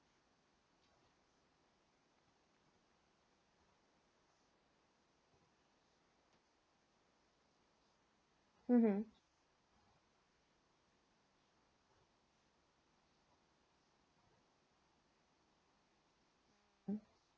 mmhmm